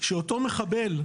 כשאותו מחבל,